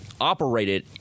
operated